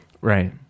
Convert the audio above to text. right